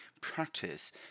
practice